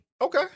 Okay